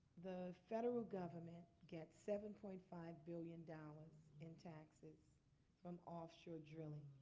the federal government gets seven point five billion dollars in taxes from offshore drilling